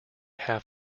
half